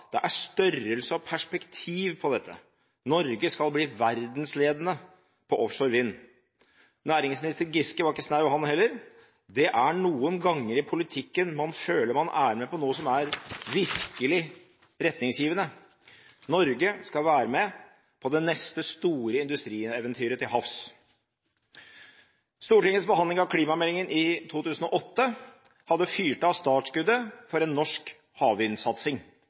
«Det er størrelse og perspektiv på dette. Norge skal bli verdensledende på offshore vind.» Næringsminister Giske var ikke snau han heller: «Det er noen ganger i politikken man føler man er med på noe som er virkelig retningsgivende. Norge skal være med på det neste store industrieventyret til havs.» Stortingets behandling av klimameldingen i 2008 hadde fyrt av startskuddet for en norsk havvindsatsing.